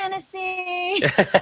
Fantasy